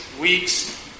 weeks